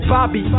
Bobby